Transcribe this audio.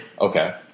Okay